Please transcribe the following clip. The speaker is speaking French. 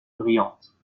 brillantes